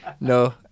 No